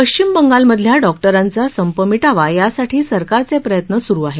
पश्विम बंगालमधल्या डॉक्टरांचा संप मिटावा यासाठी सरकारचे प्रयत्न सुरु आहेत